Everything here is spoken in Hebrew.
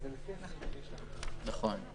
כן.